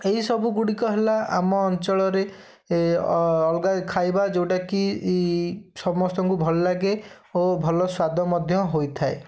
ଏଇସବୁ ଗୁଡ଼ିକ ହେଲା ଆମ ଅଞ୍ଚଳରେ ଅଲଗା ଖାଇବା ଯେଉଁଟାକି ସମସ୍ତଙ୍କୁ ଭଲ ଲାଗେ ଓ ଭଲ ସ୍ୱାଦ ମଧ୍ୟ ହୋଇଥାଏ